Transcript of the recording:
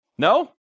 No